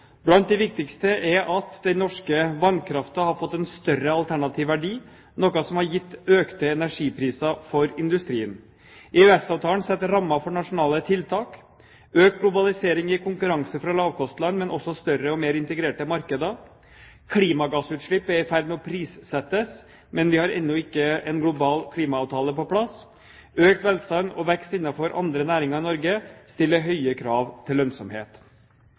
Blant de viktigste er: Den norske vannkraften har fått en større, alternativ verdi, noe som har gitt økte energipriser for industrien. EØS-avtalen setter rammer for nasjonale tiltak. Økt globalisering gir konkurranse fra lavkostland, men også større og mer integrerte markeder. Klimagassutslipp er i ferd med å prissettes, men vi har ennå ikke en global klimaavtale på plass. Økt velstand og vekst innenfor andre næringer i Norge stiller høye krav til lønnsomhet.